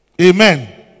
Amen